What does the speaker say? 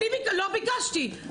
אני לא ביקשתי.